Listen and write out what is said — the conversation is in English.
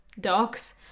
Dogs